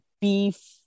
beef